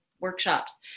workshops